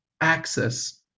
access